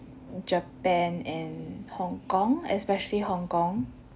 japan and hong-kong especially hong-kong